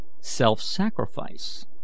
self-sacrifice